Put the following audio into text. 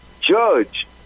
judge